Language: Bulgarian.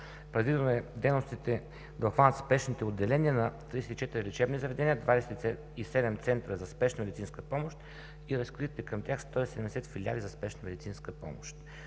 Предвидено е дейностите да обхванат спешните отделения на 34 лечебни заведения, 27 центрове за спешна медицинска помощ и разкритите към тях 170 филиала за спешна медицинска помощ,